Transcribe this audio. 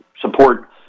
support